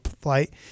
flight